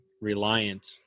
reliant